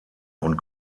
und